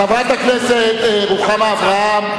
חברת הכנסת רוחמה אברהם,